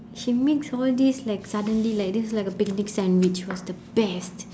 she mixed all these like suddenly like this is like a picnic sandwich it was the best